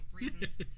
Reasons